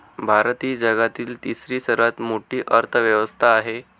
भारत ही जगातील तिसरी सर्वात मोठी अर्थव्यवस्था आहे